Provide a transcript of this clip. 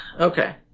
Okay